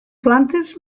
plantes